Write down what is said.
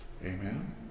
Amen